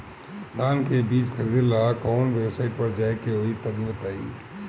धान का बीज खरीदे ला काउन वेबसाइट पर जाए के होई तनि बताई?